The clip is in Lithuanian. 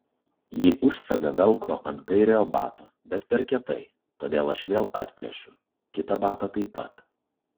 ji užsega velcro ant kairiojo bato bet per kietai todėl aš vėl atplėšiu kitą batą taip pat